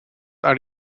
are